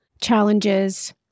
challenges